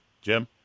Jim